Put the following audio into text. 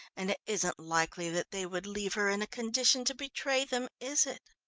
and it isn't likely that they would leave her in a condition to betray them, is it?